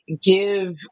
give